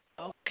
Okay